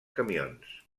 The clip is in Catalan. camions